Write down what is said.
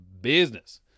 business